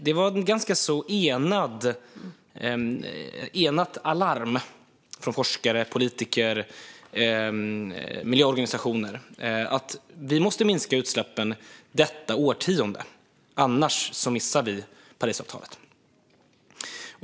Det var ett ganska enat alarm från forskare, politiker och miljöorganisationer. Vi måste minska utsläppen detta årtionde - annars missar vi Parisavtalet.